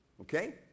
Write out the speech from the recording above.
okay